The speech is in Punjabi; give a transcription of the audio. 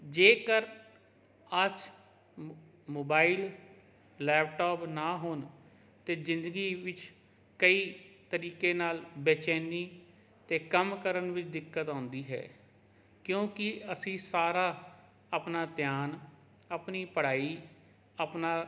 ਜੇਕਰ ਅੱਜ ਮੋਬਾਇਲ ਲੈਪਟਾਪ ਨਾ ਹੋਣ ਤਾਂ ਜ਼ਿੰਦਗੀ ਵਿੱਚ ਕਈ ਤਰੀਕੇ ਨਾਲ ਬੇਚੈਨੀ ਅਤੇ ਕੰਮ ਕਰਨ ਵਿੱਚ ਦਿੱਕਤ ਆਉਂਦੀ ਹੈ ਕਿਉਂਕਿ ਅਸੀਂ ਸਾਰਾ ਆਪਣਾ ਧਿਆਨ ਆਪਣੀ ਪੜ੍ਹਾਈ ਆਪਣਾ